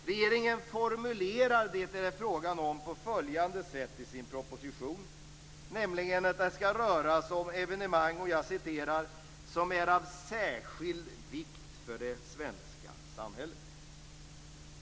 Regeringen formulerar det som det är fråga om på följande sätt i sin proposition: att det skall röra sig om evenemang "som är av särskild vikt för det svenska samhället".